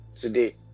today